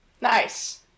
Nice